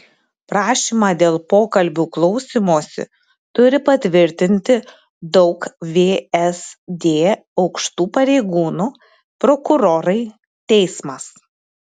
prašymą dėl pokalbių klausymosi turi patvirtinti daug vsd aukštų pareigūnų prokurorai teismas